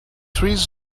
trees